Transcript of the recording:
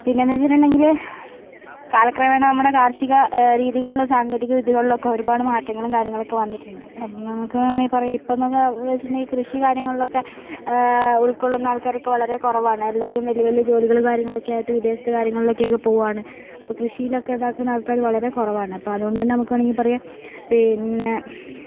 പിന്നെയെന്നു വച്ചിട്ടുണ്ടെങ്കിൽ കാലക്രമേണ നമ്മുടെ കാർഷിക രീതികളിൽ സാങ്കേതിക വിദ്യകൾ ഒക്കെ ഒരുപാട് മാറ്റങ്ങളും കാര്യങ്ങളൊക്കെ വന്നിട്ടുണ്ട് അപ്പോൾ നമുക്ക് വേണമെങ്കിൽ പറയാം ഇപ്പം എന്നു പറഞ്ഞാൽ വച്ചിട്ടുണ്ടെങ്കിൽ കൃഷി കാര്യങ്ങളിലൊക്കെ ഉൾക്കൊള്ളുന്ന ആൾക്കാർക്ക് വളരെ കുറവാണ് എല്ലാവരും വലിയ വലിയ ജോലികൾ കാര്യങ്ങളൊക്കെ ആയിട്ട് വിദേശത്ത് കാര്യങ്ങളിലേക്കൊക്കെ പോവുകയാണ് ആപ്പോൾ കൃഷിയിലൊക്കെ ഇതാക്കുന്ന ആൾക്കാർ വളരെ കുറവാണ് അപ്പോൾ അതുകൊണ്ടുതന്നെ നമുക്ക് വേണമെങ്കിൽ പറയാം പിന്നെ